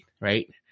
right